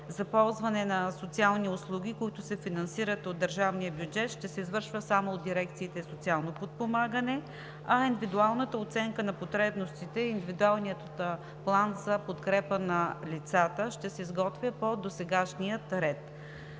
за ползване на социални услуги, които се финансират от държавния бюджет, ще се извършва само от дирекциите „Социално подпомагане“, а индивидуалната оценка на потребностите и индивидуалният план за подкрепа на лицата ще се изготвят по досегашния ред.